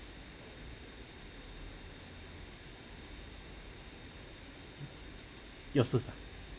your certs ah